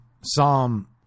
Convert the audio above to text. Psalm